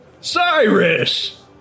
Cyrus